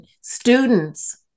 students